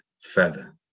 feather